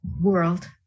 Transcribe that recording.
world